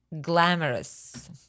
glamorous